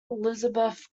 elizabeth